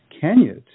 Kenya